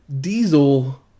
Diesel